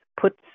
puts